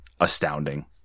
astounding